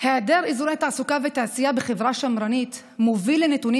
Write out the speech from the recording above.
היעדר אזורי תעסוקה ותעשייה בחברה שמרנית מוביל לנתונים